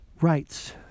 rights